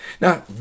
Now